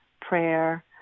prayer